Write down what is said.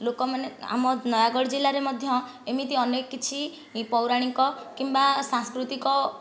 ଲୋକମାନେ ଆମ ନୟାଗଡ଼ ଜିଲ୍ଲାରେ ମଧ୍ୟ ଏମିତି ଅନେକ କିଛି ପୌରାଣିକ କିମ୍ବା ସାଂସ୍କୃତିକ